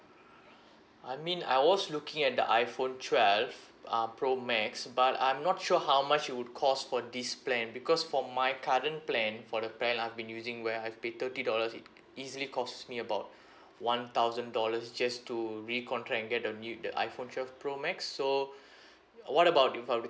I mean I was looking at the iphone twelve uh pro max but I'm not sure how much it'd cost for this plan because for my current plan for the plan I've been using where I've paid thirty dollars it easily cost me about one thousand dollars just to recontract and get the new the iphone twelve pro max so what about if I would to